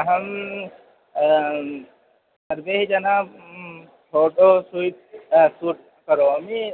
अहं सर्वान् जनान् फोटो शूट् शूट् करोमि